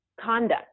conduct